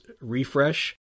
refresh